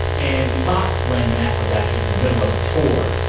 and we talked when matt was actually in the middle of a tour.